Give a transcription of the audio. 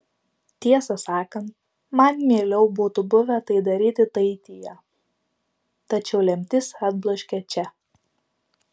tiesą sakant man mieliau būtų buvę tai daryti taityje tačiau lemtis atbloškė čia